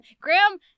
Graham